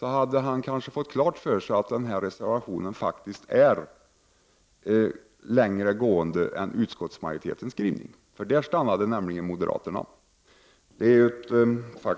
Då hade han kanske fått klart för sig att reservationen går längre än utskottsmajoritetens skrivning. Där stannade nämligen moderaterna. Det